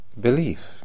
belief